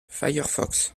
firefox